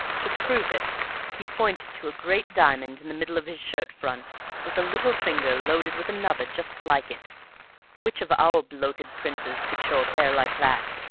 to prove it he pointed to a great diamond in the middle of his shirt-front with a little finger loaded with another just like it which of our bloated princes could show a pair like that?